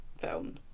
film